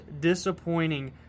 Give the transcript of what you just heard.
disappointing